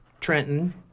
Trenton